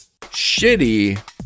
shitty